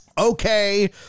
Okay